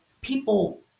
people